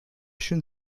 schön